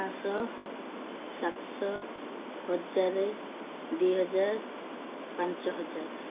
ପାଞ୍ଚ ଶହ ସାତଶହ ହଜାର ଦୁଇ ହଜାର ପାଞ୍ଚ ହଜାର